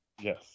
Yes